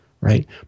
Right